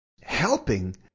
helping